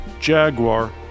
Jaguar